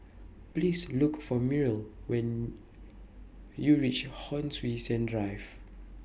Please Look For Myrl when YOU REACH Hon Sui Sen Drive